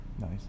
Nice